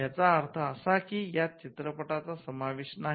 याचा अर्थ असा की यात चित्रपटचा समावेश नाही